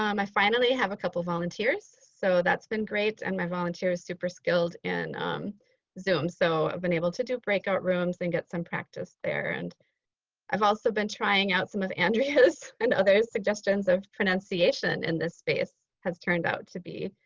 um i finally have a couple volunteers so that's been great. and my volunteer's super skilled in zoom. so i've been able to do breakout rooms and get some practice there. and i've also been trying out some of andrea's and other's suggestions of pronunciation in this space has turned out to be